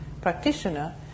practitioner